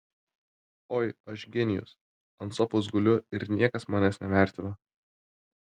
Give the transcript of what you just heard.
oi aš genijus ant sofos guliu ir niekas manęs nevertina